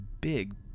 big